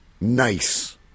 nice